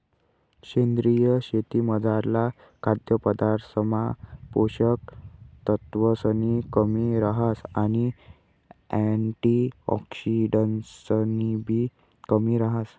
सेंद्रीय शेतीमझारला खाद्यपदार्थसमा पोषक तत्वसनी कमी रहास आणि अँटिऑक्सिडंट्सनीबी कमी रहास